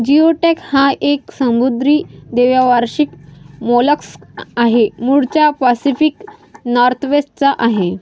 geoduck हा एक समुद्री द्वैवार्षिक मोलस्क आहे, मूळचा पॅसिफिक नॉर्थवेस्ट चा आहे